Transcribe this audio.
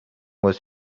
was